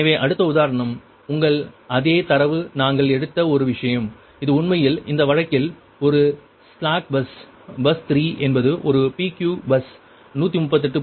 எனவே அடுத்த உதாரணம் உங்கள் அதே தரவு நாங்கள் எடுத்த ஒரு விஷயம் இது உண்மையில் இந்த வழக்கில் இது ஒரு ஸ்லாக் பஸ் பஸ் 3 என்பது ஒரு PQ பஸ் 138